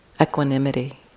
equanimity